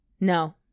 No